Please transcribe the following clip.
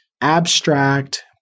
abstract